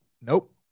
Nope